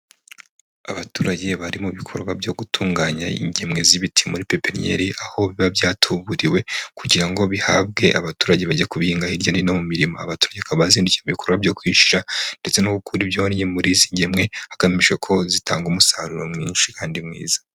Abaturage bari mu bikorwa byo gutunganya ingemwe z'ibiti muri pepiniyeri, aho biba byatuburiwe kugira ngo bihabwe abaturage bajya kuhinga hirya hino mu miririma. Abaturage bazindikiye ibi bikorwa byo kwicira ndetse no gukura ibyonnyi muri izi ngemwe, hagamije ko zitanga umusaruro mwinshi kandi mwiza.